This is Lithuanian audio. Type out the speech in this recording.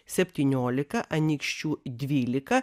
septyniolika anykščių dvylika